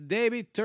David